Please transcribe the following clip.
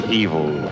evil